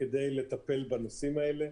כדי לטפל בנושאים האלה.